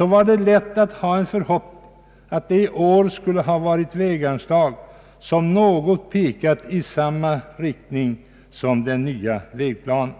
var det lätt att ha en förhoppning om att det i år skulle föreslås väganslag som något pekat i samma riktning som den nya vägplanen.